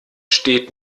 steht